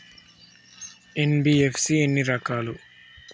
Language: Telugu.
ఎన్.బి.ఎఫ్.సి ఎన్ని రకాలు?